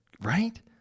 Right